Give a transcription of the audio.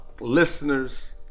Listeners